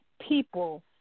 people